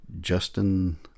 Justin